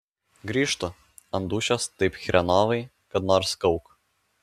grįžtu ant dūšios taip chrenovai kad nors kauk